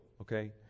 okay